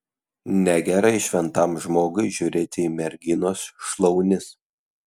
negerai šventam žmogui žiūrėti į merginos šlaunis